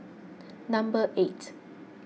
number eight